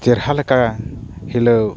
ᱪᱮᱨᱦᱟ ᱞᱮᱠᱟ ᱦᱤᱞᱟᱹᱣ